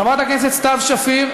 חברת הכנסת סתיו שפיר?